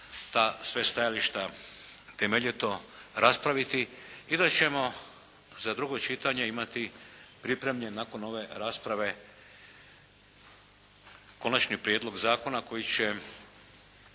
sva stajališta temeljito raspraviti i da ćemo za drugo čitanje imati pripremljen nakon ove rasprave Konačni prijedlog zakona koji će